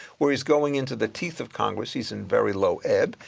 where he's going into the teeth of congress, he's in very low ebb,